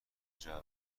جعبه